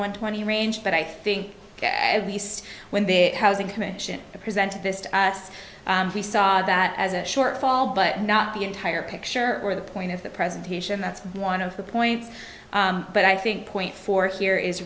one twenty range but i think least when their housing commission presented this to us we saw that as a shortfall but not the entire picture or the point of the presentation that's one of the points but i think point four here is